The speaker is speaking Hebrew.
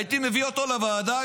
הייתי מביא אותו לוועדה,